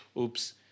Oops